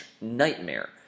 nightmare